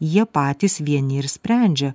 jie patys vieni ir sprendžia